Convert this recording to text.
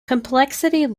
complexity